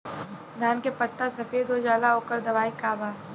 धान के पत्ता सफेद हो जाला ओकर दवाई का बा?